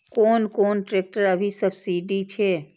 कोन कोन ट्रेक्टर अभी सब्सीडी छै?